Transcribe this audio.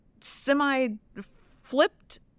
semi-flipped